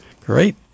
Great